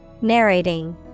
Narrating